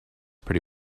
pretty